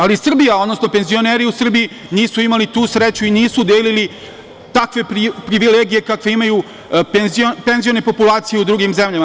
Ali, Srbija, odnosno penzioneri u Srbiji nisu imali tu sreću i nisu delili takve privilegije kakve imaju penzione populacije u drugim zemljama.